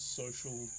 social